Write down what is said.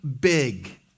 big